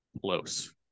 Close